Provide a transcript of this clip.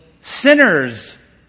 sinners